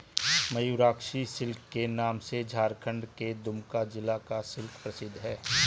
Mayurakshi silk के नाम से झारखण्ड के दुमका जिला का सिल्क प्रसिद्ध है